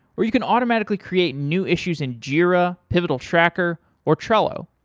or you can automatically crate new issues in jira, pivotal tracker, or trello.